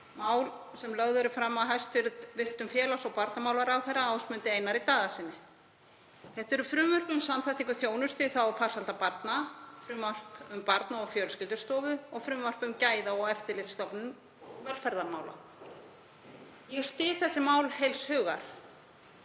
mál sem lögð eru fram af hæstv. félags- og barnamálaráðherra, Ásmundi Einari Daðasyni. Þetta eru frumvörp um samþættingu þjónustu í þágu farsældar barna, frumvarp um Barna- og fjölskyldustofu og frumvarp um Gæða- og eftirlitsstofnun velferðarmála. Ég styð þessi mál heils hugar